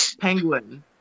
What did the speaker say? Penguin